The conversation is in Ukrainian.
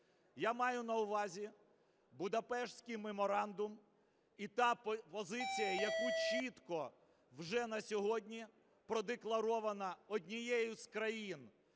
Я маю на увазі Будапештський меморандум і та позиція, яка чітко вже на сьогодні продекларована однією з країн,